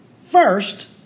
first